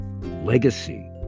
legacy